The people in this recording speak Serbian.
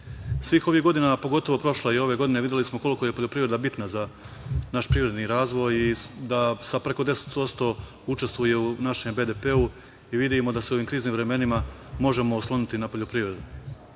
ovih godina, pogotovo prošle i ove godine, videli smo koliko je poljoprivreda bitna za naš privredni razvoj i da sa preko 10% učestvuje u našem BDP-u i vidimo da se u ovim kriznim vremenima možemo osloniti na poljoprivredu. Samo